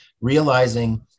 realizing